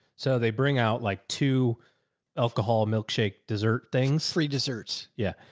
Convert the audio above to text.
so they bring out like two alcohol milkshake, dessert things, free desserts. yeah.